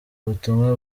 ubutumwa